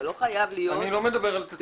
זה לא חייב להיות -- אני לא מדבר על תצפית בית.